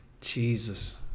jesus